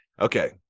Okay